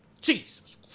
Jesus